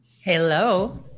Hello